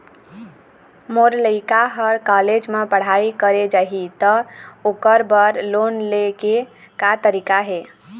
मोर लइका हर कॉलेज म पढ़ई करे जाही, त ओकर बर लोन ले के का तरीका हे?